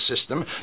system